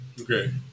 Okay